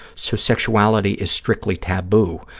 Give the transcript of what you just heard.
so sexuality is strictly taboo.